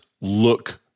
look